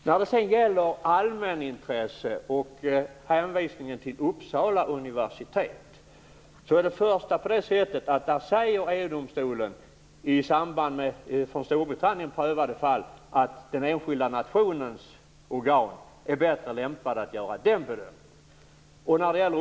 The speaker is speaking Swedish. När det sedan gäller allmänintresse och hänvisningen till Uppsala universitet säger EU-domstolen i samband med prövade fall från Storbritannien att den enskilda nationens organ är bättre lämpade att göra den bedömningen.